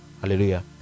Hallelujah